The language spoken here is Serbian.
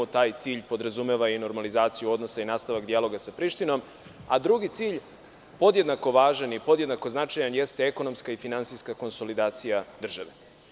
Taj cilj podrazumeva i normalizaciju odnosa i nastavak dijaloga sa Prištinom, a drugi cilj podjednako važan i podjednako značaj, jeste ekonomska i finansijska konsolidacija države.